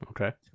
okay